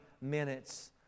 minutes